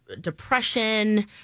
depression